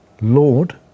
Lord